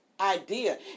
idea